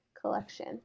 collection